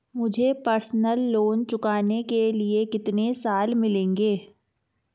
मुझे personal loan चुकाने के लिए कितने साल मिलेंगे?